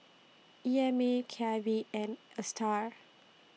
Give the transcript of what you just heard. E M A K I V and A STAR